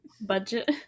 budget